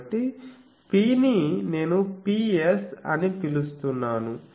కాబట్టి P ని నేను Ps అని పిలుస్తున్నాను